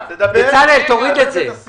מרב- -- ההסתייגות לגבי הנושא של שיפוי